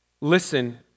Listen